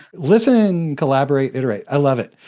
listen, collaborate, iterate. i love it.